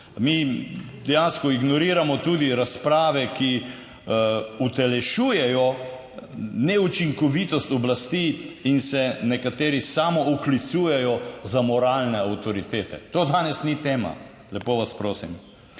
Mi dejansko ignoriramo tudi razprave, ki utelešujejo neučinkovitost oblasti in se nekateri samooklicujejo za moralne avtoritete. To danes ni tema, lepo vas prosim.